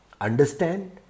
understand